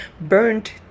burned